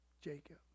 Jacob